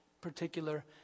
particular